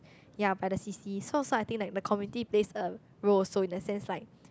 ya by the C_C so so I think like the community plays a role also in the sense like